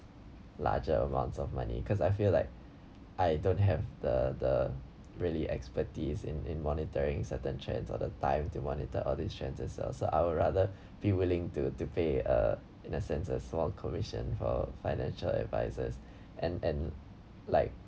larger amounts of money because I feel like I don't have the the really expertise in in monitoring certain chance or the time to monitor all this chances so I would rather be willing to to pay uh in a sense of small commission for financial advisers and and like